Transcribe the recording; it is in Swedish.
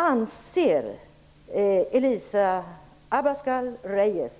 Anser Elisa Abascal Reyes